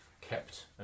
kept